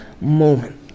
moment